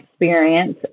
experience